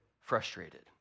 frustrated